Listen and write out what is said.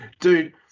dude